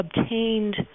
obtained